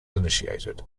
initiated